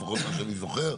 לפחות שאני זוכר,